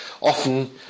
Often